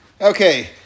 Okay